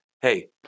Hey